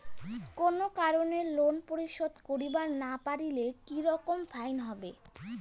কোনো কারণে লোন পরিশোধ করিবার না পারিলে কি রকম ফাইন হবে?